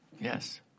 Yes